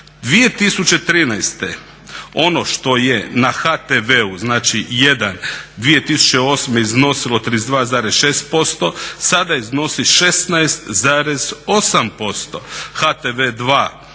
2013. ono što je na HTV-u 1 2008. iznosilo 32,6% sada iznosi 16,8%, HTV